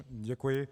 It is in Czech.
Děkuji.